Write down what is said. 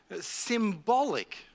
symbolic